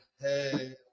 Hey